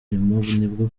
nibwo